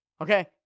okay